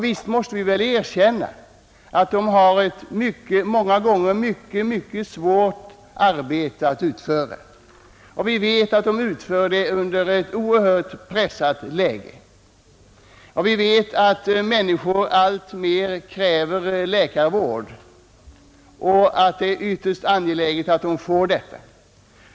Visst måste vi väl erkänna att de har ett mycket svårt arbete att utföra och vi vet att de utför det i ett oerhört pressat läge. Vi vet också att människor i allt större utsträckning kräver läkarvård och att det är ytterst angeläget att de får sådan.